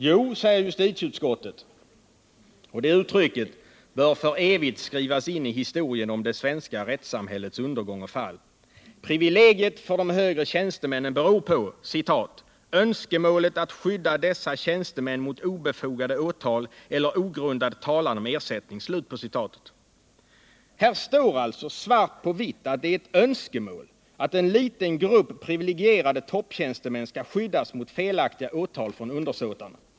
Jo, säger justitieutskottet, och det uttrycket bör för evigt skrivas in i historien om det svenska rättssamhällets undergång och fall, privilegiet för de högre tjänstemännen beror på önskemålet att ”skydda dessa tjänstemän mot obefogade åtal eller ogrundad talan om ersättning”. Här står alltså i svart på vitt att det är ett önskemål att en liten grupp privilegierade topptjänstemän skall skyddas mot felaktiga åtal från undersåtarna.